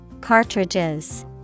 Cartridges